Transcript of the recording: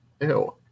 Ew